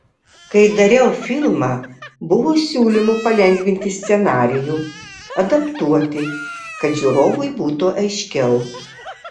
kai dariau filmą buvo siūlymų palengvinti scenarijų adaptuoti kad žiūrovui būtų aiškiau